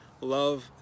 Love